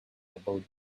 elbowed